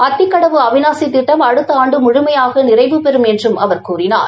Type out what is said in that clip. அத்திக்கடவு அவினாசி திட்டம் அடுத்த ஆண்டு முழுமையாக நிறைவுபெறும் என்றும் அவா கூறினாா